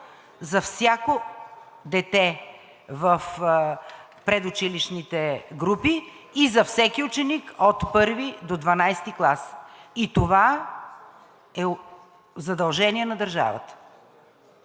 за всяко дете в предучилищните групи и за всеки ученик от I до XII клас и това е задължение на държавата.